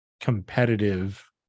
competitive